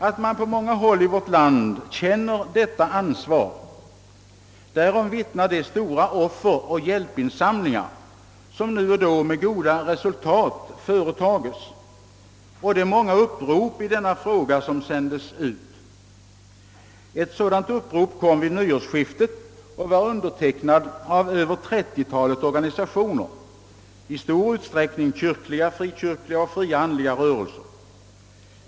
Att man på många håll i vårt land känner detta ansvar, därom vittnar de stora offer och hjälpinsamlingar som nu och då med goda resultat företagits och de många upprop i denna fråga som har sänts ut. Ett sådant upprop kom vid nyårsskiftet och var undertecknat av över trettiotalet organisationer, i stor utsträckning kyrkliga, frikyrkliga och fria andliga rörelser.